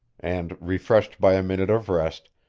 and, refreshed by a minute of rest,